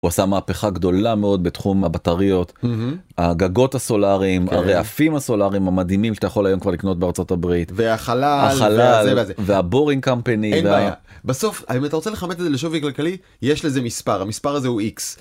עושה מהפכה גדולה מאוד בתחום הבטריות הגגות הסולאריים הרעפים הסולאריים המדהימים שאתה יכול היום לקנות בארה״ב והחלל והבורינג קמפייני. בסוף אם אתה רוצה לכמת את זה לשווי כלכלי יש לזה מספר המספר הזה הוא x.